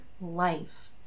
life